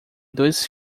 dois